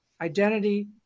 identity